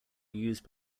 used